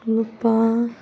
ꯂꯨꯄꯥ